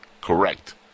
Correct